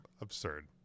Absurd